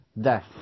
death